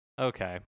Okay